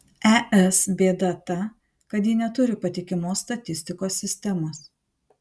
es bėda ta kad ji neturi patikimos statistikos sistemos